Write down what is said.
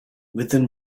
within